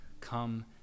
Come